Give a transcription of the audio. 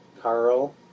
Carl